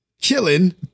killing